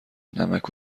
نمک